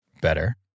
better